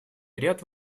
ряд